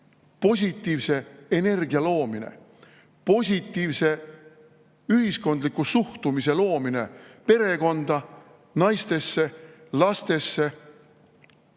positiivse energia loomine, positiivse ühiskondliku suhtumise loomine perekonda, naistesse, lastesse